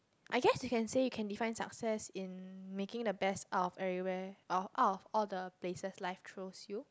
I guess you can say you can define success in making the best of everywhere or of all the basic like close you